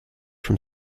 from